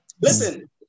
Listen